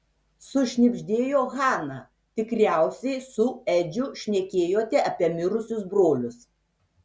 sušnibždėjo hana tikriausiai su edžiu šnekėjote apie mirusius brolius